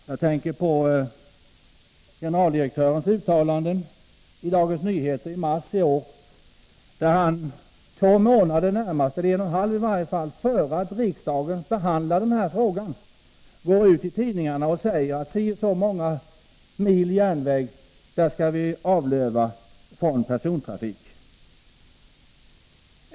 Jag tänker på generaldirektörens uttalanden i Dagens Nyheter i mars i år. En och en halv månad innan riksdagen behandlade denna fråga gick han ut i tidningarna och sade att si och så många mil järnväg skall vi avlöva när det gäller persontrafik.